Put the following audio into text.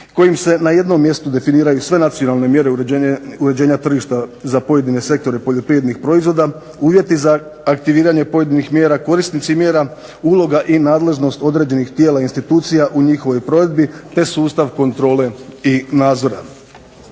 kojim se na jednom mjestu definiraju sve nacionalne mjere uređenja tržišta za pojedine sektore poljoprivrednih proizvoda, uvjeti za aktiviranje pojedinih mjera, korisnici mjera, uloga i nadležnost određenih tijela, institucija u njihovoj provedbi te sustav kontrole i nadzora.